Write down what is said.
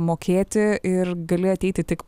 mokėti ir gali ateiti tik